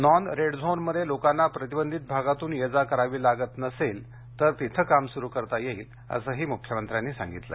non red झोनमध्ये लोकांना प्रतिबंधित भागातून ये जा करावी लागत नसेल तर तिथे काम सुरू करता येईल असं मुख्यमंत्र्यांनी सांगितलं